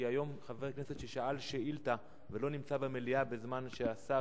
כי היום חבר כנסת ששאל שאילתא ולא נמצא במליאה בזמן שהשר